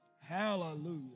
Hallelujah